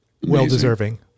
well-deserving